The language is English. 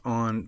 on